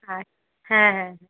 আচ্ছা হ্যাঁ হ্যাঁ হ্যাঁ